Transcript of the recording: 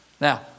Now